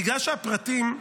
בגלל שהפרטים,